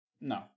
No